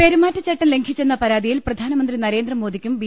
പെരുമാറ്റച്ചട്ടം ലംഘിച്ചെന്ന പരാതിയിൽ പ്രധാനമന്ത്രി നരേ ന്ദ്രമോദിക്കും ബി